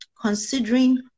considering